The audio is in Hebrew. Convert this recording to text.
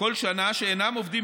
שנה שאינם עובדים,